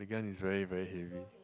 the gun is very very heavy